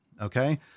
Okay